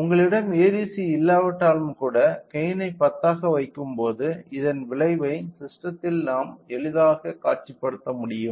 உங்களிடம் ADC இல்லாவிட்டாலும் கூட கெய்ன் ஐ 10 ஆக வைக்கும்போது இதன் விளைவை ஸிஸ்டெத்தில் நாம் எளிதாகக் காட்சிப்படுத்த முடியும்